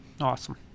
Awesome